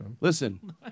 Listen